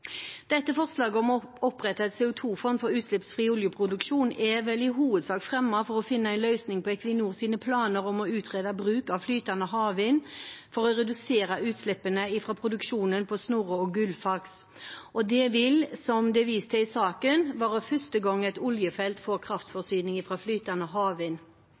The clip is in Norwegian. Dette forslaget, om å opprette et CO2-fond for utslippsfri oljeproduksjon, er vel i hovedsak fremmet for å finne en løsning på Equinors planer om å utrede bruk av flytende havvind for å redusere utslippene fra produksjonen på Snorre og Gullfaks. Det vil, som det er vist til i saken, være første gang et oljefelt får kraftforsyning fra flytende havvind.